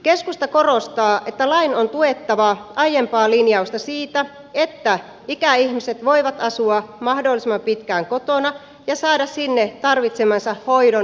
keskusta korostaa että lain on tuettava aiempaa linjausta siitä että ikäihmiset voivat asua mahdollisimman pitkään kotona ja saada sinne tarvitsemansa hoidon ja arjen tuen